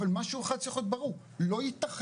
אבל משהו אחד צריך להיות ברור, לא ייתכן,